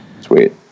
Sweet